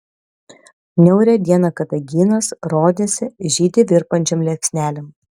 niaurią dieną kadagynas rodėsi žydi virpančiom liepsnelėm